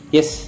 Yes